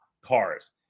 cars